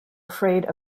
afraid